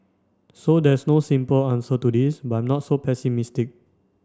so there's no simple answer to this but I'm not so pessimistic